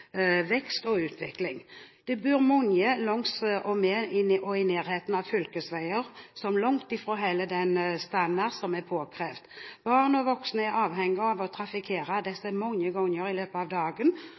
vekst og utvikling. Det bor mange langs og i nærheten av fylkesveier, som langt fra holder den standarden som er påkrevd. Barn og voksne er avhengig av å